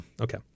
Okay